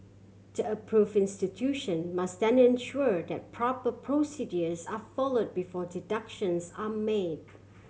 the approve fen institution must then ensure that proper procedures are follow before deductions are made